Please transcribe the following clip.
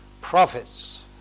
prophets